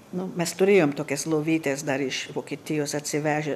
nu mes turėjom tokias lovytės dar iš vokietijos atsivežę